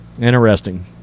Interesting